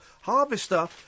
Harvester